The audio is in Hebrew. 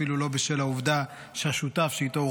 אפילו לא בשל העובדה שהשותף שאיתו הוא